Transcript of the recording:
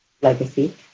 legacy